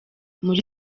muri